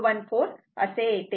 414 असे येते